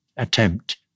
Attempt